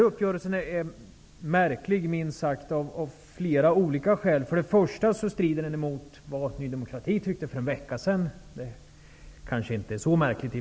Uppgörelsen är av flera skäl minst sagt märklig. För det första strider uppgörelsen mot Ny demokratis uppfattning för en vecka sedan -- i och för sig är det kanske inte så märkligt.